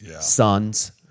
sons